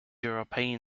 european